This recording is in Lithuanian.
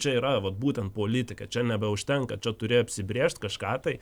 čia yra vat būtent politika čia nebeužtenka čia turi apsibrėžt kažką tai